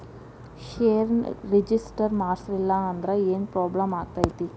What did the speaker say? ಷೇರ್ನ ರಿಜಿಸ್ಟರ್ ಮಾಡ್ಸಿಲ್ಲಂದ್ರ ಏನ್ ಪ್ರಾಬ್ಲಮ್ ಆಗತೈತಿ